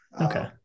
Okay